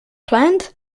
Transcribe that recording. planned